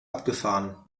abgefahren